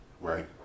Right